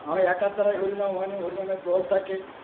আমার একার দ্বারায় হরিনাম হয় না হরিনামের দল থাকে